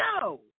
No